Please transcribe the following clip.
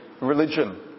religion